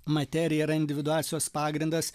materija yra individuacijos pagrindas